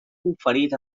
conferit